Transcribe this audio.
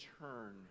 turn